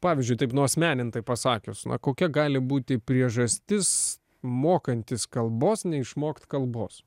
pavyzdžiui taip nuasmenintai pasakius na kokia gali būti priežastis mokantis kalbos neišmokt kalbos